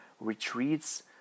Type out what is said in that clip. retreats